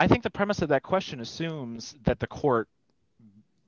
i think the premise of that question assumes that the court